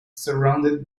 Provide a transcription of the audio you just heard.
surrendered